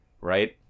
right